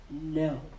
No